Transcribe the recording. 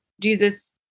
Jesus